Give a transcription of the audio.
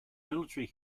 military